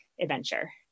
adventure